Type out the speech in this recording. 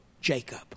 Jacob